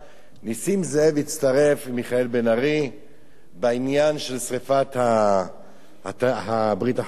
נסים זאב הצטרף למיכאל בן-ארי בעניין של שרפת הברית החדשה.